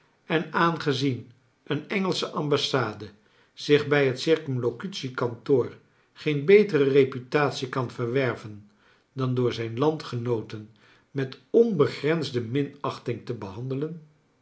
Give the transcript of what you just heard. en aangezien een engelsche ambassade zich bij het circumlocutie kantoor geen betere reputatie kan verwerven dan door zijn landgenooten met onbegrensde minacbting te behandelen